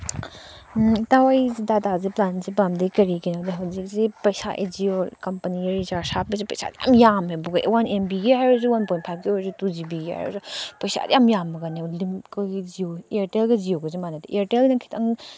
ꯏꯇꯥꯎ ꯑꯩꯒꯤꯁꯦ ꯗꯇꯥꯁꯦ ꯄ꯭ꯂꯥꯟꯁꯦ ꯄꯥꯝꯗꯦ ꯀꯔꯤꯒꯤꯅꯣꯗꯤ ꯍꯧꯖꯤꯛꯁꯤ ꯄꯩꯁꯥ ꯖꯤꯑꯣ ꯀꯝꯄꯅꯤ ꯔꯤꯆꯥꯔꯖ ꯍꯥꯞꯄꯁꯤ ꯄꯩꯁꯥꯗꯤ ꯌꯥꯝ ꯌꯥꯝꯃꯦꯕꯀꯣ ꯋꯥꯟ ꯑꯦꯝ ꯕꯤꯒꯤ ꯍꯥꯏꯔꯁꯨ ꯋꯥꯟ ꯄꯣꯏꯟ ꯐꯥꯏꯚꯀꯤ ꯑꯣꯏꯔꯁꯨ ꯇꯨ ꯖꯤ ꯕꯤꯒꯤ ꯍꯥꯏꯔꯁꯨ ꯄꯩꯁꯥꯗꯤ ꯌꯥꯝ ꯌꯥꯝꯃꯒꯅꯦ ꯂꯤꯝ ꯑꯩꯈꯣꯏꯒꯤ ꯖꯤꯑꯣ ꯏꯌꯥꯔꯇꯦꯜꯒ ꯖꯤꯑꯣꯒꯁꯤ ꯃꯥꯟꯅꯗꯦ ꯏꯌꯥꯔꯇꯦꯜꯅ ꯈꯤꯇꯪ